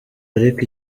ariko